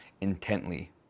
intently